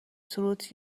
تروت